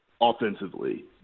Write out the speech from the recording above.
offensively